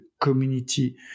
community